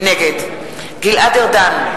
נגד גלעד ארדן,